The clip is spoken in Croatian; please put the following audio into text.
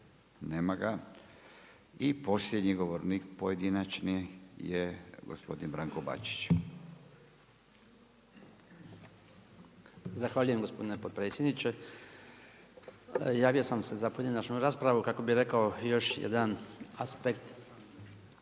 nema ga. I posljednji govornik pojedinačni je gospodin Branko Bačić. **Bačić, Branko (HDZ)** Zahvaljujem gospodine potpredsjedniče. Javio sam se za pojedinačnu raspravu kako bi rekao još jedan aspekt